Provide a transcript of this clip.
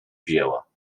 wzięła